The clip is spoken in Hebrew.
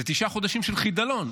זה תשעה חודשים של חידלון,